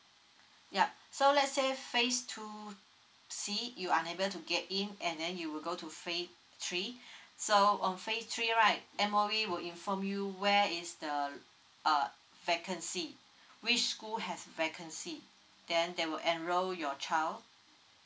yup so lets say phase two c you unable to get in and then you will go to phase three so um phase three right M_O_E will inform you where is the um uh vacancy which school has vacancy then they will enroll your child